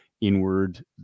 inward